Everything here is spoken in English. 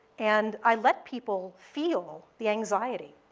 and i let people feel the anxiety.